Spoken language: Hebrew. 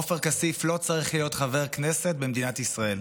עופר כסיף לא צריך להיות חבר כנסת במדינת ישראל.